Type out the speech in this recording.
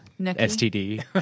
STD